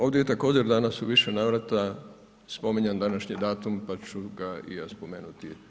Ovdje je također, danas u više navrata spominjan današnji datum pa ću ga i ja spomenuti.